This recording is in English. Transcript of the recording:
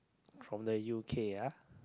from the u_k ah